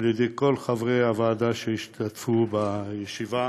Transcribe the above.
על-ידי כל חברי הוועדה שהשתתפו בישיבה.